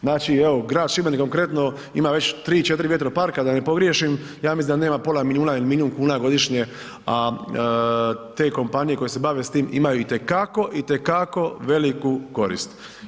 Znači evo grad Šibenik konkretno, ima već 3, 4 vjetroparka, da ne pogriješim, ja mislim da nema pola milijuna ili miliju kuna godišnje a te kompanije koje se bave s tim, imaju itekako, itekako veliku korist.